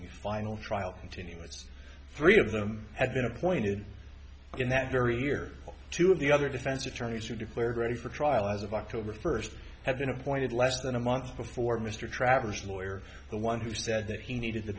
final trial continuous three of them had been appointed in that very year two of the other defense attorneys who declared ready for trial as of october first had been appointed less than a month before mr travers lawyer the one who said that he needed the